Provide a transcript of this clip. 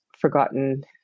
forgotten